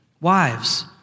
Wives